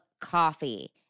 coffee